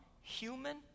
human